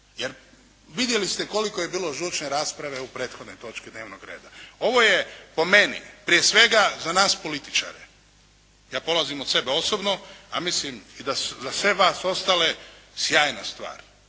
Jer vidjeli ste koliko je bilo žučne rasprave u prethodnoj točki dnevnog reda. Ovo je po meni, prije svega za nas političare, ja polazim od sebe osobno, a mislim i za sve ostale, sjajna stvar.